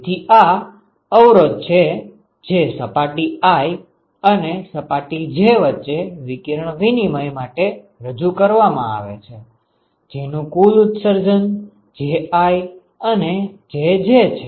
તેથી આ અવરોધ છે જે સપાટી i અને સપાટી j વચ્ચે વિકિરણ વિનિમય માટે રજુ કરવામાં આવે છે જેનું કુલ ઉત્સર્જન ji અને jj છે